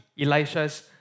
Elisha's